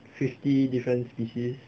fifty different species